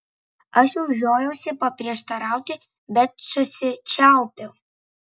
aš jau žiojausi paprieštarauti bet susičiaupiau